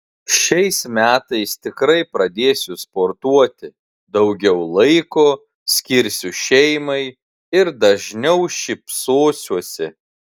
šiais metais tikrai pradėsiu sportuoti daugiau laiko skirsiu šeimai ir dažniau šypsosiuosi